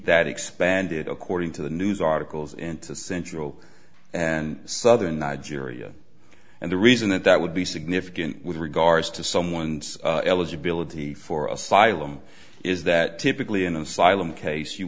that expanded according to the news articles into central and southern nigeria and the reason that that would be significant with regards to someone's eligibility for asylum is that typically in an asylum case you